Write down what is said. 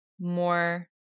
more